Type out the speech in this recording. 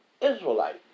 Israelite